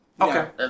Okay